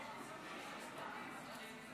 הכנסת (הרחבת העילות למניעת